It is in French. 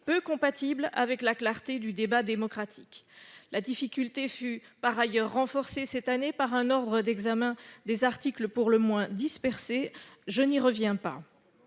peu compatible avec la clarté du débat démocratique. La difficulté fut par ailleurs renforcée cette année par un ordre d'examen des articles pour le moins dispersé. Je n'y reviens pas.